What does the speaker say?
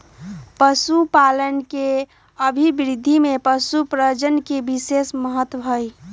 पशुपालन के अभिवृद्धि में पशुप्रजनन के विशेष महत्त्व हई